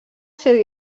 ser